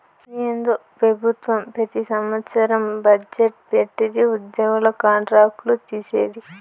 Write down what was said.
ఏందో పెబుత్వం పెతి సంవత్సరం బజ్జెట్ పెట్టిది ఉద్యోగుల కాంట్రాక్ట్ లు తీసేది